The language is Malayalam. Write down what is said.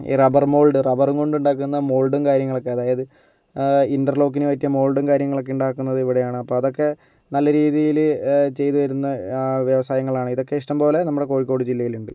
ഈ റബ്ബർ മോൾഡ് റബ്ബറുകൊണ്ട് ഉണ്ടാകുന്ന മോൾഡും കാര്യങ്ങളൊക്കെ അതായത് ഇൻ്റർ ലോക്കിന് പറ്റിയ മോൾഡും കാര്യങ്ങളൊക്കെ ഉണ്ടാക്കുന്നത് ഇവിടെയാണ് അപ്പോൾ അതൊക്കെ നല്ല രീതിയിൽ ചെയ്തു വരുന്ന വ്യവസായങ്ങളാണ് ഇതൊക്കെ ഇഷ്ടം പോലെ നമ്മുടെ കോഴിക്കോട് ജില്ലയിലുണ്ട്